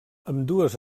ambdues